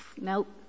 nope